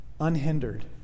unhindered